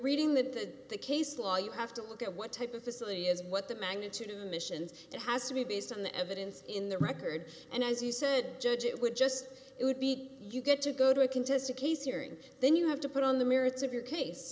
reading the case law you have to look at what type of facility is what the magnitude of the missions it has to be based on the evidence in the record and as you said judge it would just it would be you get to go to a contested case here and then you have to put on the merits of your case